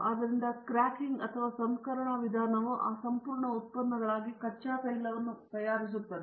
ಆದ್ದರಿಂದ ಕ್ರ್ಯಾಕಿಂಗ್ ಅಥವಾ ಸಂಸ್ಕರಣಾ ವಿಧಾನವು ಆ ಸಂಪೂರ್ಣ ಉತ್ಪನ್ನಗಳಾಗಿ ಕಚ್ಚಾ ತೈಲವನ್ನು ತಯಾರಿಸುತ್ತದೆ